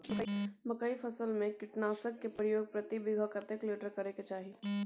मकई फसल में कीटनासक के प्रयोग प्रति बीघा कतेक लीटर करय के चाही?